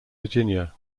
virginia